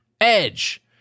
Edge